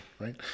right